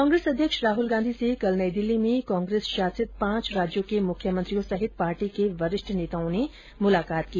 कांग्रेस अध्यक्ष राहल गांधी से कल नई दिल्ली में कांग्रेस शासित पांच राज्यों के मुख्यमंत्रियों सहित पार्टी के वरिष्ठ नेताओं ने मुलाकात की